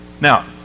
Now